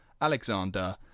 Alexander